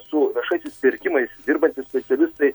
su viešaisiais pirkimais dirbantys specialistai